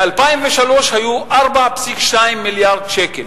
ב-2003 היו 4.2 מיליארד שקלים.